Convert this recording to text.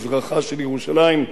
כ-6% בשנה,